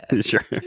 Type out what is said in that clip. Sure